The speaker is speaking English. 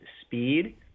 speed